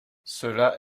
cela